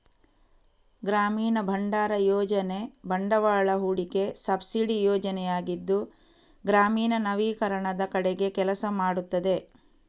ಗ್ರಾಮೀಣ ಭಂಡಾರ ಯೋಜನೆ ಬಂಡವಾಳ ಹೂಡಿಕೆ ಸಬ್ಸಿಡಿ ಯೋಜನೆಯಾಗಿದ್ದು ಗ್ರಾಮೀಣ ನವೀಕರಣದ ಕಡೆಗೆ ಕೆಲಸ ಮಾಡುತ್ತದೆ